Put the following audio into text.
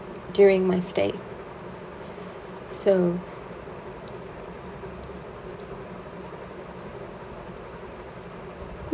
during my stay so